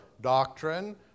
doctrine